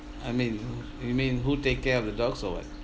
I mean you mean who take care of the dogs or what